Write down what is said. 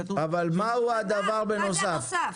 מה הוא הדבר בנוסף?